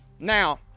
now